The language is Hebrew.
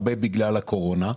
הרבה בגלל הקורונה,